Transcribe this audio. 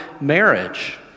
marriage